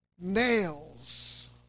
Nails